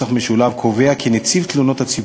"דברי הכנסת",